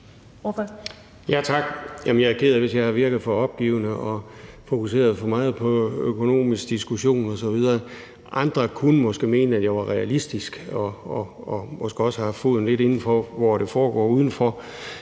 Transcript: (V): Tak. Jeg er ked af, hvis jeg virker for opgivende og fokuserer for meget på en økonomisk diskussion osv. Andre kunne måske mene, at jeg var realistisk og måske også har haft foden lidt indenfor, hvor det foregår ude